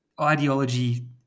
ideology